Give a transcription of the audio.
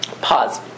Pause